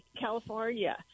california